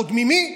ועוד ממי?